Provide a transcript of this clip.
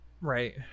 Right